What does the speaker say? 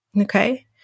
okay